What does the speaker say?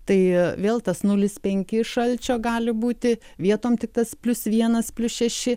tai vėl tas nulis penki šalčio gali būti vietom tik tas plius vienas plius šeši